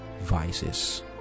vices